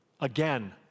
again